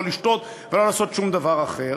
לא לשתות ולא לעשות שום דבר אחר.